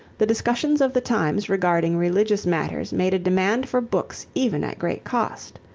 the discussions of the times regarding religious matters made a demand for books even at great cost.